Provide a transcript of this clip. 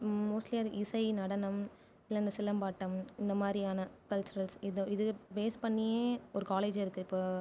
mostly அது இசை நடனம் இல்லை இந்த சிலம்பாட்டம் இந்த மாதிரியான கல்ச்சுரல்ஸ் இது இது பேஸ் பண்ணியே ஒரு காலேஜே இருக்கு இப்போ